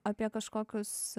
apie kažkokius